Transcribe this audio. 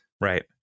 Right